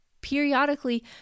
periodically